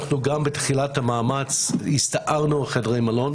אנחנו גם בתחילת המאמץ הסתערנו על חדרי מלון,